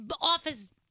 office